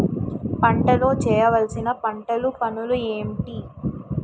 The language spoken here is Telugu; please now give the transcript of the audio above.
పంటలో చేయవలసిన పంటలు పనులు ఏంటి?